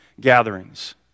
gatherings